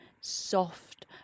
soft